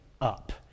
up